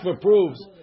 proves